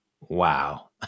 wow